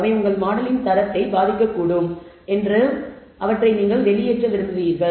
அவை உங்கள் மாடலிங் தரத்தை பாதிக்கக்கூடும் என்று அவற்றை வெளியேற்ற விரும்புகிறீர்கள்